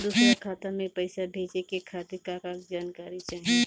दूसर खाता में पईसा भेजे के खातिर का का जानकारी चाहि?